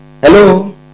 Hello